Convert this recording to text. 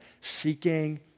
seeking